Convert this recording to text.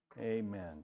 Amen